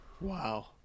Wow